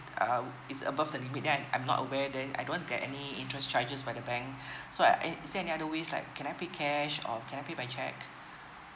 uh it's above the limit then I'm I'm not aware then I don't want to get any interest charges by the bank so uh is there any other ways like can I pay cash or can I pay by cheque